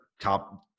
top